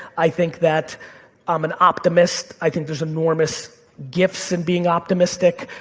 i think that i'm an optimist, i think there's enormous gifts in being optimistic,